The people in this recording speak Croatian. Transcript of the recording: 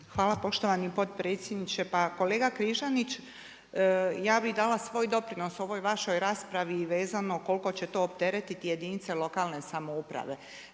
Hvala poštovani potpredsjedniče. Pa kolega Križanić, ja bi dala svoj doprinos ovoj vašoj raspravi i vezano koliko će to opteretiti jedinica lokalne samouprave.